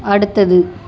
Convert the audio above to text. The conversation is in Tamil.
அடுத்தது